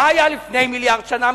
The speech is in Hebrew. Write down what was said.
מה היה לפני מיליארד שנה?